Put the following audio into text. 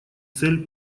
цель